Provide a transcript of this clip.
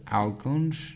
alguns